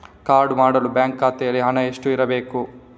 Card ಮಾಡಲು bank ಖಾತೆಯಲ್ಲಿ ಹಣ ಎಷ್ಟು ಇರಬೇಕು?